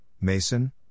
Mason